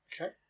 Okay